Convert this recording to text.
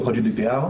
מתוך ה- GDPR,